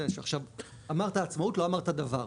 עכשיו, אמרת עצמאות לא אמרת דבר.